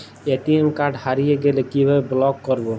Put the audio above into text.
ATM card হারিয়ে গেলে কিভাবে ব্লক করবো?